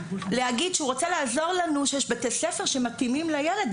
להגיד שהוא רוצה לעזור לנו שיש בתי-ספר שמתאימים לילד.